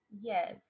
Yes